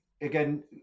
again